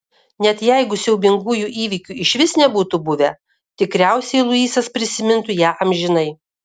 net jeigu siaubingųjų įvykių išvis nebūtų buvę tikriausiai luisas prisimintų ją amžinai